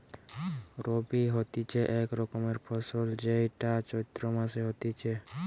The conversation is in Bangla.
রবি হতিছে এক রকমের ফসল যেইটা চৈত্র মাসে হতিছে